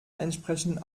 entsprechend